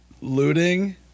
Looting